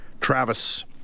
Travis